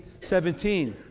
17